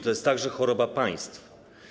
To jest także choroba państw.